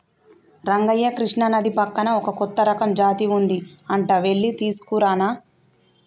రంగయ్య కృష్ణానది పక్కన ఒక కొత్త రకం జాతి ఉంది అంట వెళ్లి తీసుకురానా